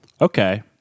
Okay